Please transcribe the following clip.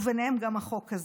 ובהן גם החוק הזה.